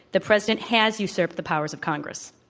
the president has usurped the powers of congress.